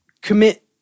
commit